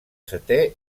setè